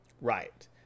right